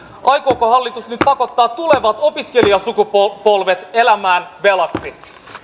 aikooko hallitus nyt pakottaa tulevat opiskelijasukupolvet elämään velaksi